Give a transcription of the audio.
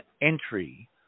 entry